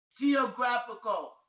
geographical